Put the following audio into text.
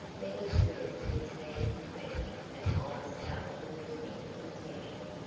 then he stood with his hands clenched and eyes starting listening intently,